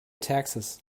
taxes